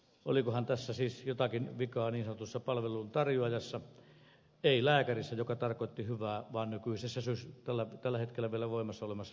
olikohan siis jotakin vikaa niin sanotussa palvelun tarjoajassa ei lääkärissä joka tarkoitti hyvää vaan nykyisessä tällä hetkellä vielä voimassa olevassa systeemissä